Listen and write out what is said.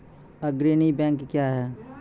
अग्रणी बैंक क्या हैं?